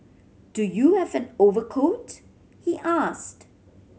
do you have an overcoat he asked